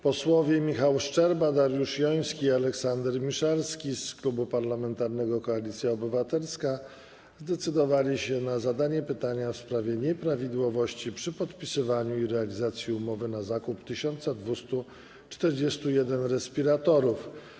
Posłowie Michał Szczerba, Dariusz Joński i Aleksander Miszalski z Klubu Parlamentarnego Koalicja Obywatelska zdecydowali się na zadanie pytania w sprawie nieprawidłowości przy podpisywaniu i realizacji umowy na zakup 1241 respiratorów.